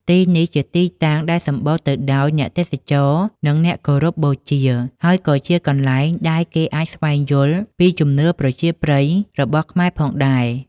ទីនេះជាទីតាំងដែលសម្បូរទៅដោយអ្នកទេសចរ និងអ្នកគោរពបូជា ហើយក៏ជាកន្លែងដែលគេអាចស្វែងយល់ពីជំនឿប្រជាប្រិយរបស់ខ្មែរផងដែរ។